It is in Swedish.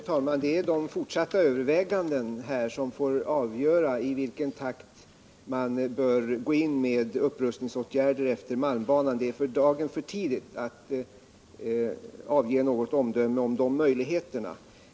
Herr talman! De fortsatta övervägandena får avgöra i vilken takt man bör gå in med upprustningsåtgärder för malmbanan. Det är för dagen för tidigt att avge något omdöme om de möjligheterna.